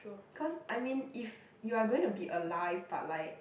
cause I mean if you are going to be alive but like